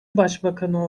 başbakanı